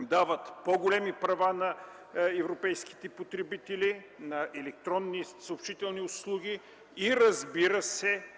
дават по-големи права на европейските потребители на електронни и съобщителни услуги и уеднаквяват